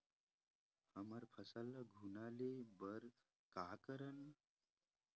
हमर फसल ल घुना ले बर का करन?